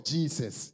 Jesus